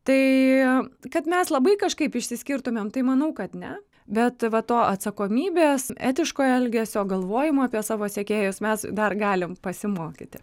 tai kad mes labai kažkaip išsiskirtumėm tai manau kad ne bet va to atsakomybės etiško elgesio galvojimo apie savo sekėjus mes dar galim pasimokyti